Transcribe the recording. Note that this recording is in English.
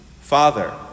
Father